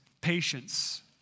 patience